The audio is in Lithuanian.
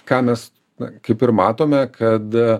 ką mes na kaip ir matome kad